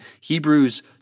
Hebrews